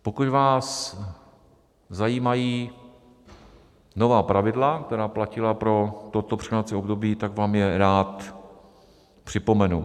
Pokud vás zajímají nová pravidla, která platila pro toto překlenovací období, tak vám je rád připomenu.